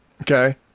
Okay